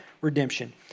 redemption